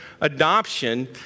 adoption